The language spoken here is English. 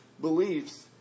beliefs